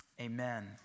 amen